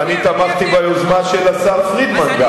ואני גם תמכתי ביוזמה של השר פרידמן.